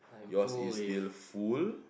yours is still full